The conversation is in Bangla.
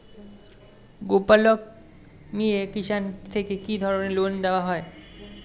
গোপালক মিয়ে কিষান থেকে কি ধরনের লোন দেওয়া হয়?